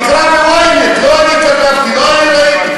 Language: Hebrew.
תקרא ב-ynet, לא אני כתבתי, לא אני ראיתי.